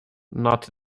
not